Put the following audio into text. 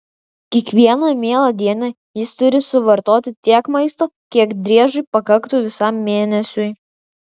kiekvieną mielą dieną jis turi suvartoti tiek maisto kiek driežui pakaktų visam mėnesiui